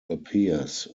appears